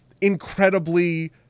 incredibly